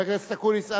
חבר הכנסת אקוניס.